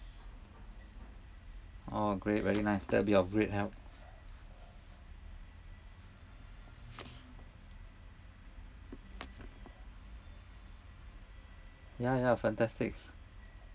oh great very nice that would be of great help yeah yeah fantastic